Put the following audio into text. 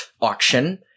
auction